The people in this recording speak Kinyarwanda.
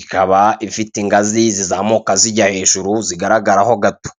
ikaba ifite ingazi zizamuka zijya hejuru zigaragara ho gato.